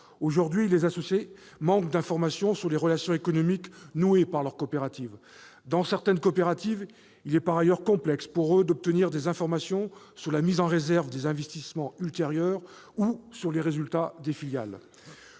Aujourd'hui, les associés manquent d'informations sur les relations économiques nouées par leur coopérative. Dans certaines coopératives, il est par ailleurs complexe pour eux d'obtenir des informations sur la mise en réserve des investissements ultérieurs ou sur les résultats des filiales.